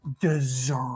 deserve